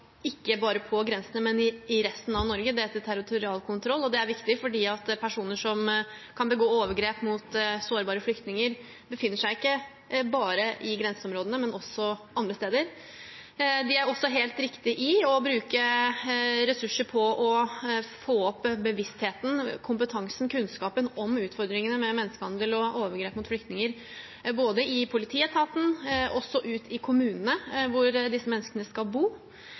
ikke bare på grensen, men også i resten av Norge. Det heter territorialkontroll, og det er viktig fordi personer som kan begå overgrep mot sårbare flyktninger, befinner seg ikke bare i grenseområdene, men også andre steder. De gjør også helt rett i å bruke ressurser på å få opp bevisstheten, kompetansen og kunnskapen om utfordringene med menneskehandel og overgrep mot flyktninger, både i politietaten og ute i kommunene hvor disse menneskene skal bo.